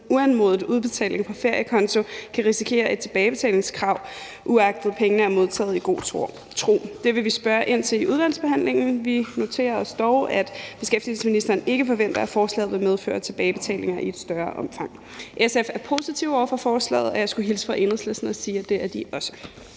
uanmodet udbetaling fra FerieKonto, kan risikere et tilbagebetalingskrav, uagtet pengene er modtaget i god tro. Det vil vi spørge ind til i udvalgsbehandlingen. Vi noterer os dog, at beskæftigelsesministeren ikke forventer, at forslaget vil medføre tilbagebetalinger i et større omfang. SF er positive over for forslaget, og jeg skulle hilse fra Enhedslisten og sige, at det er de også.